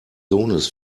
sohnes